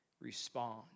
respond